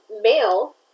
male